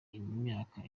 imyaka